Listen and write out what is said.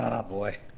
and ah boy.